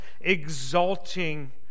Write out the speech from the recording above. exalting